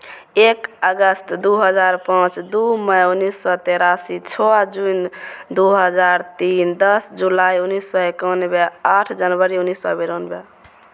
एक अगस्त दू हजार पाँच दू मई उनैस सओ तेरासी छओ जून दू हजार तीन दस जुलाइ उनैस सओ एकानवे आठ जनवरी उनैस सओ बेरानवे